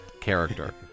character